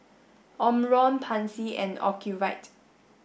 Omron Pansy and Ocuvite